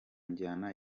njyana